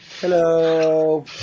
Hello